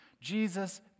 Jesus